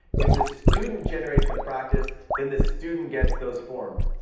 if the student generates the practice, then the student gets those forms,